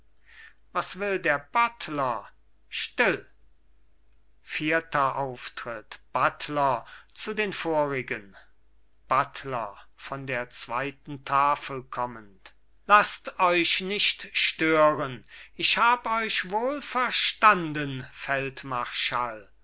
was will der buttler still vierter auftritt buttler zu den vorigen buttler von der zweiten tafel kommend laßt euch nicht stören ich hab euch wohl verstanden